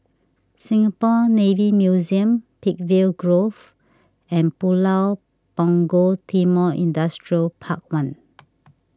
Singapore Navy Museum Peakville Grove and Pulau Punggol Timor Industrial Park one